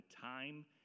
time